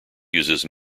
uses